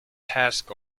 task